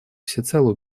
всецело